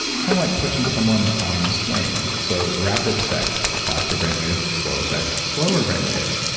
kind of like pushing someone on a swing. so rapid sex, faster brain waves. slower sex, slower brain waves.